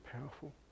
powerful